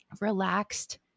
Relaxed